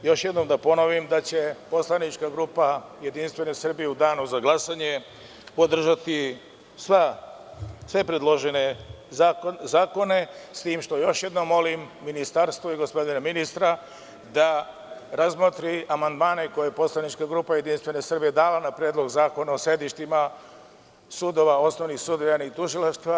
Još jednom da ponovim da će poslanička JS u danu za glasanje podržati sve predložene zakone, s tim što još jednom molim ministarstvo i gospodina ministra da razmotri amandmane koje je poslanička grupa JS dala na Predlog zakona o sedištima sudova, osnovnih sudova i tužilaštva.